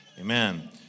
amen